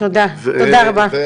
תודה רבה.